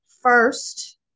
First